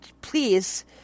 please